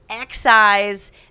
excise